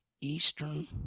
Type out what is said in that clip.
eastern